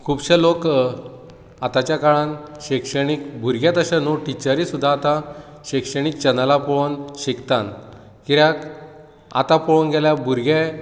खुबशे लोक आतांच्या काळांत शिक्षणीक भुरगेच अशें न्हू टिचरी सुद्दां आतां शिक्षणीक चॅनलां पळोवन शिकतात कित्याक आतां पळोवंक गेल्यार भुरगे